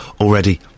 already